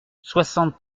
soixante